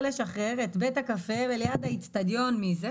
לשחרר את בית הקפה וליד האצטדיון מהדבר הזה,